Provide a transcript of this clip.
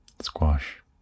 Squash